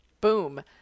Boom